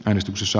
äänestyksissä